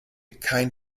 kein